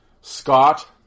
Scott